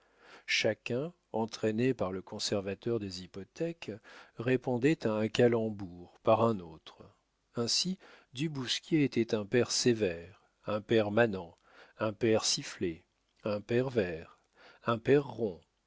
chacun entraîné par le conservateur des hypothèques répondait à un calembour par un autre ainsi du bousquier était un père sévère un père manant un père sifflé un père vert un père